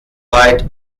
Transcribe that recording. weit